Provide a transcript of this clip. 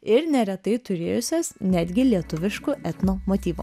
ir neretai turėjusios netgi lietuviškų etno motyvų